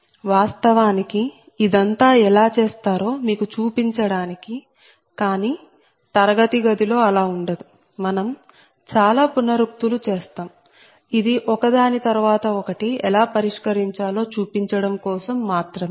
వాస్తవానికి ఇదంతా ఎలా చేస్తారో మీకు చూపించడానికి కానీ తరగతిగదిలో అలా ఉండదు మనం చాలా పునరుక్తులు చేస్తాం ఇది ఒక దాని తరువాత ఒకటి ఎలా పరిష్కరించాలో చూపించడం కోసం మాత్రమే